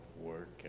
work